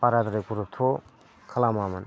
बाराद्राय गुरुदथ' खालामामोन